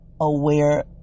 aware